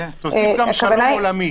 תוסיף גם שלום עולמי.